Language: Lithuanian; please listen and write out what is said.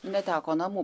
neteko namų